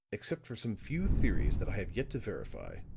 except for some few theories that i have yet to verify,